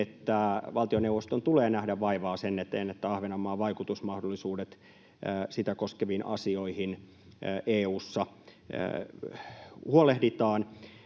että valtioneuvoston tulee nähdä vaivaa sen eteen, että Ahvenanmaan vaikutusmahdollisuudet sitä koskeviin asioihin EU:ssa huolehditaan.